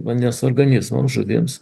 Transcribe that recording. vandens organizmams žuvims